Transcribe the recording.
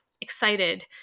excited